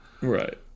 Right